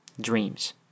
Dreams